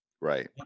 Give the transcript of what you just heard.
Right